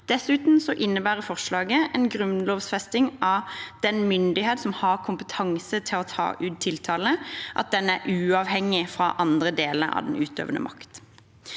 Dessuten innebærer forslaget en grunnlovfesting av at den myndighet som har kompetanse til å ta ut tiltale, er uavhengig fra andre deler av den utøvende makt.